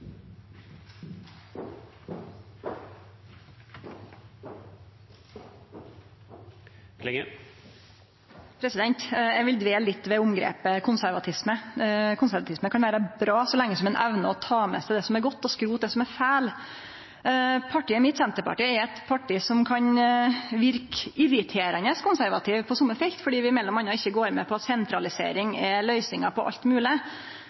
dag. Eg vil dvele litt ved omgrepet «konservatisme». Konservatisme kan vere bra så lenge ein evnar å ta med seg det som er godt, og skrote det som er feil. Partiet mitt, Senterpartiet, er eit parti som kan verke irriterande konservative på somme felt, fordi vi m.a. ikkje går med på at sentralisering er løysinga på alt